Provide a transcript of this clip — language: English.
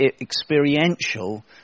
experiential